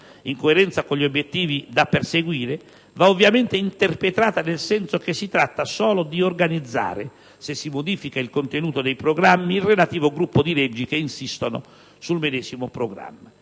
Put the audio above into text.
in coerenza con gli obiettivi da perseguire, va ovviamente interpretata nel senso che si tratta solo di organizzare, se si modifica il contenuto dei programmi, il relativo gruppo di leggi che insistono sul medesimo programma.